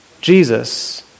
Jesus